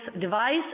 device